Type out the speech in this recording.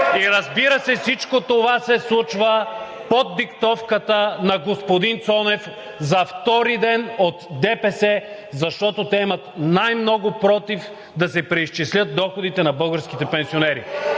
и, разбира се, всичко това се случва под диктовката на господин Цонев – за втори ден, от ДПС, защото те имат най-много против да се преизчислят доходите на българските пенсионери.